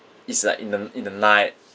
it's like in the in the night